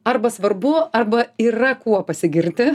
arba svarbu arba yra kuo pasigirti